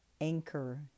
Anchor